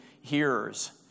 hearers